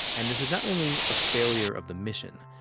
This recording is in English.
and this is not only a failure of the mission.